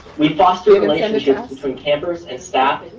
we foster relationships between campers and staff,